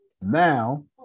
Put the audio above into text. Now